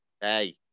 Hey